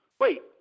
Wait